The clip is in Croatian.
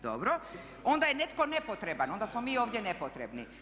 Dobro, onda je netko nepotreban, onda smo mi ovdje nepotrebni.